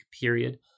period